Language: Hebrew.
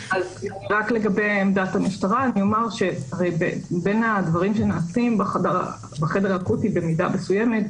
לגבי עמדת המשטרה הרי בין הדברים שנעשים בחדר האקוטי במידה מסוימת,